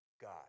God